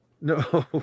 No